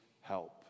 help